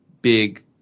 big